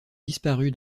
disparue